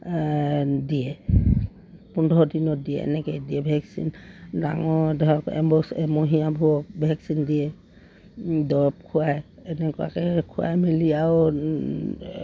দিয়ে পোন্ধৰ দিনত দিয়ে এনেকৈ দিয়ে ভেকচিন ডাঙৰ ধৰক এবছৰ এমহীয়াবোৰক ভেকচিন দিয়ে দৰৱ খুৱাই এনেকুৱাকৈ খুৱাই মেলি আৰু